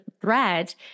threat